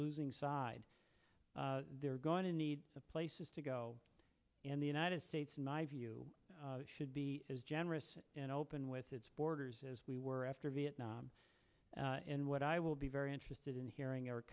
losing side they're going to need places to go and the united states in my view should be as generous and open with its borders as we were after vietnam and what i will be very interested in hearing